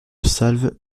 salve